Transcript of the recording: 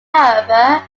however